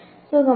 സുഖമാണോ